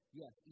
yes